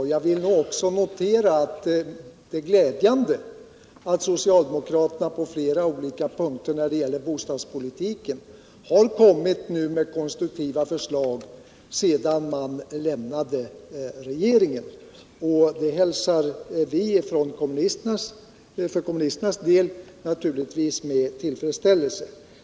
Jag vill också notera att det är glädjande att socialdemokraterna på flera olika punkter när det gäller bostadspolitiken har kommit med konstruktiva förslag sedan de lämnade regeringen. För kommunisternas del hälsar vi det naturligtvis med tillfredsställelse.